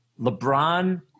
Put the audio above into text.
LeBron